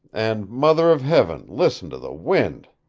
and mother of heaven listen to the wind.